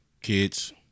kids